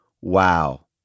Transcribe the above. wow